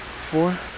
four